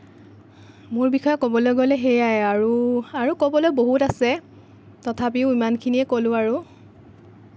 মোৰ বিষয়ে ক'বলৈ গ'লে সেইয়াই আৰু আৰু ক'বলৈ বহুত আছে তথাপিও ইমানখিনিয়েই ক'লোঁ আৰু